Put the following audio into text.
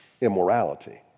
immorality